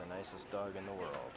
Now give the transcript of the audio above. the nicest dog in the world